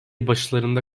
başlarında